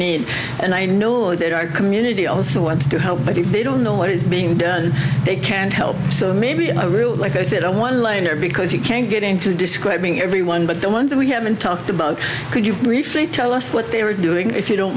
need and i know did our community also wants to help but if they don't know what is being done they can't help so maybe i really like i said a one liner because you can't get into describing everyone but the ones that we haven't talked about could you briefly tell us what they were doing if you don't